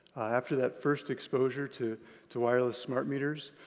after that first exposure to to wireless smart meters,